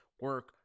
Work